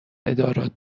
ادارات